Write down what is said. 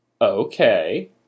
Okay